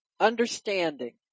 understanding